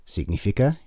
Significa